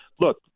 Look